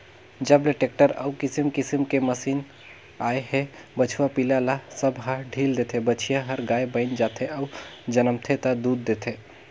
जब ले टेक्टर अउ किसम किसम के मसीन आए हे बछवा पिला ल सब ह ढ़ील देथे, बछिया हर गाय बयन जाथे अउ जनमथे ता दूद देथे